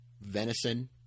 venison